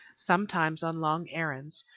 sometimes on long errands,